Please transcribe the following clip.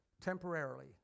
temporarily